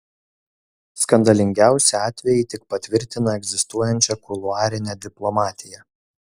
skandalingiausi atvejai tik patvirtina egzistuojančią kuluarinę diplomatiją